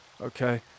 okay